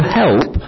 help